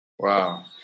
Wow